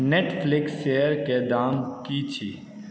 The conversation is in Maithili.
नेटफ्लिक्स शेयर के दाम की अछि